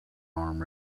arm